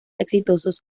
exitosos